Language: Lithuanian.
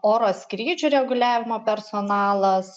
oro skrydžių reguliavimo personalas